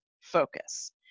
focus